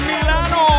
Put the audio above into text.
Milano